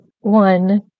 one